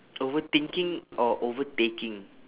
overthinking or overtaking